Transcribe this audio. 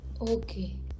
Okay